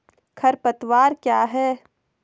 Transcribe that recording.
खरपतवार क्या है?